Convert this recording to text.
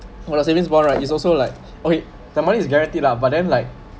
the savings bond right is also like okay the money is guaranteed lah but then like